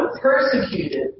persecuted